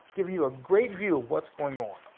giving you a great view of what's going on.